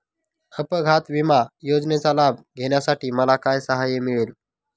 अपघात विमा योजनेचा लाभ घेण्यासाठी मला काय सहाय्य मिळेल?